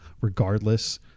regardless